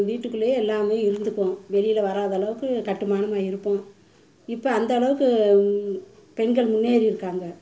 வீட்டுக்குள்ளேயே எல்லாமே இருந்துப்போம் வெளியில் வராத அளவுக்கு கட்டுமானமாக இருப்போம் இப்போ அந்த அளவுக்கு பெண்கள் முன்னேறி இருக்காங்க